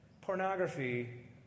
Pornography